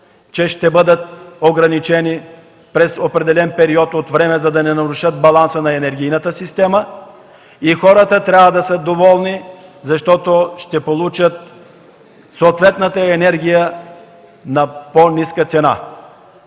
че ще бъдат ограничени за определен период от време, за да не нарушат баланса на енергийната система, а хората трябва да са доволни, защото ще получат съответната енергия на по-ниска цена.